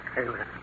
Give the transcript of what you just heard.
Taylor